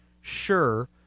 sure